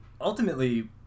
ultimately